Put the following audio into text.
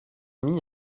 mis